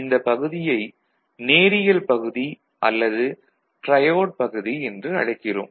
இந்தப் பகுதியை நேரியல் பகுதி அல்லது ட்ரையோடு பகுதி என்று அழைக்கிறோம்